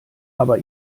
aber